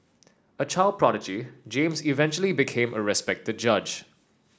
a child prodigy James eventually became a respected judge